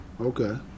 Okay